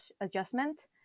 adjustment